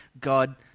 God